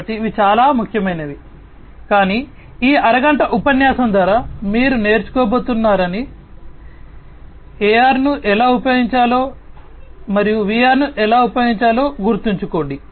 కాబట్టి ఇవి చాలా ముఖ్యమైనవి కానీ ఈ అరగంట ఉపన్యాసం ద్వారా మీరు నేర్చుకోబోతున్నారని AR ను ఎలా ఉపయోగించాలో మరియు VR ను ఎలా ఉపయోగించాలో గుర్తుంచుకోండి